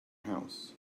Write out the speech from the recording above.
house